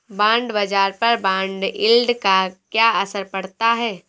Bond बाजार पर bond yield का क्या असर पड़ता है?